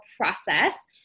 process